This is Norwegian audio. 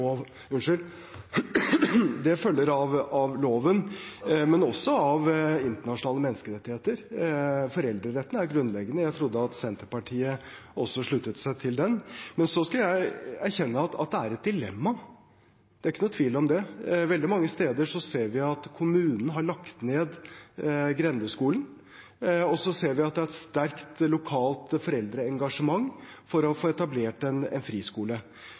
internasjonale menneskerettigheter. Foreldreretten er grunnleggende – jeg trodde at Senterpartiet også sluttet seg til den. Men så skal jeg erkjenne at det er et dilemma – det er ikke noen tvil om det. Veldig mange steder ser vi at kommunen har lagt ned grendeskolen, og så ser vi at det er et sterkt lokalt foreldreengasjement for å få etablert en friskole. Da er det en